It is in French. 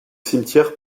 cimetière